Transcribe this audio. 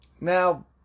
Now